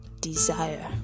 desire